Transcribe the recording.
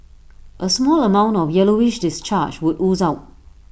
A small amount of yellowish discharge would ooze out